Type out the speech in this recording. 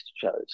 shows